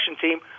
team